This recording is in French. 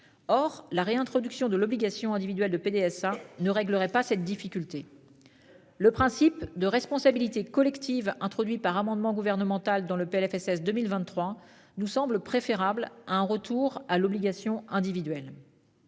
Or la réintroduction de l'obligation individuelle de PDSA ne réglerait pas cette difficulté. Le principe de responsabilité collective, introduit par amendement gouvernemental dans le PLFSS 2023 nous semble préférable à un retour à l'obligation individuelle.--